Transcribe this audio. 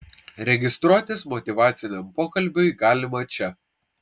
registruotis motyvaciniam pokalbiui galima čia